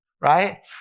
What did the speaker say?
right